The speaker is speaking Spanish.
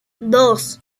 dos